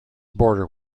border